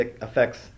affects